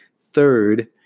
third